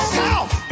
south